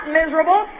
miserable